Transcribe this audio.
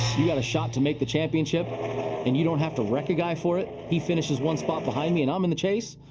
you've got a shot to make the championship and you don't have to wreck the guy for it, he finishes one spot behind me and i'm in the chase,